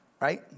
Right